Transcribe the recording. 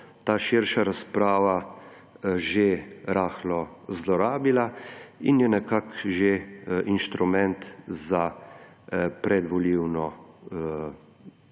ta širša razprava že rahlo zlorabila in je nekako že inštrument za predvolilno